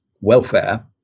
welfare